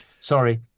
sorry